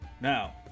Now